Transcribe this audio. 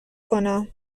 کنم